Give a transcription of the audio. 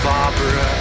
Barbara